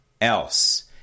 else